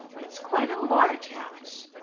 it's quite a large house.